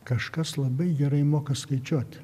kažkas labai gerai moka skaičiuot